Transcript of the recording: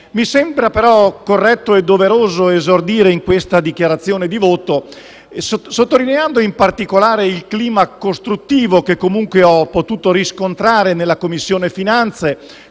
mi sembra corretto e doveroso esordire in questa dichiarazione di voto sottolineando, in particolare, il clima costruttivo che comunque ho potuto riscontrare nella Commissione finanze,